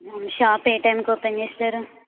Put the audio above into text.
shop ఏ టైమ్కి open చేస్తరు